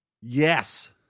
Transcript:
Yes